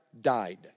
died